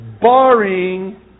barring